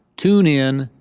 tune in.